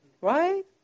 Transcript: right